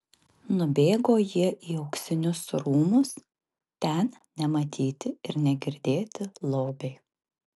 nubėgo jie į auksinius rūmus ten nematyti ir negirdėti lobiai